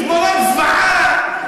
תמונות זוועה.